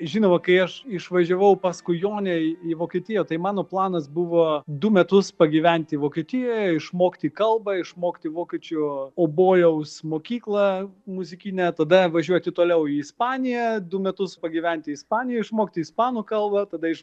žinoma kai aš išvažiavau paskui jonę į vokietiją tai mano planas buvo du metus pagyventi vokietijoje išmokti kalbą išmokti vokiečių obojaus mokyklą muzikinę tada važiuoti toliau į ispaniją du metus pagyventi ispanijoj išmokti ispanų kalbą tada iš